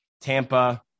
Tampa